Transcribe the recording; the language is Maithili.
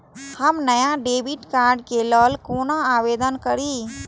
हम नया डेबिट कार्ड के लल कौना आवेदन करि?